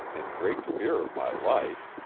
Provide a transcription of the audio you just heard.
in great fear of my life,